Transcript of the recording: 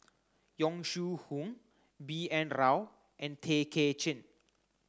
Yong Shu Hoong B N Rao and Tay Kay Chin